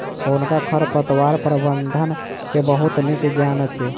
हुनका खरपतवार प्रबंधन के बहुत नीक ज्ञान अछि